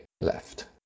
left